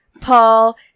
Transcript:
Paul